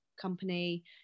company